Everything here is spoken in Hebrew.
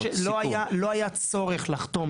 אני אומר שלא היה צורך לחתום,